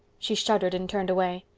she shuddered and turned away.